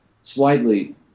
slightly